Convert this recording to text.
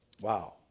Wow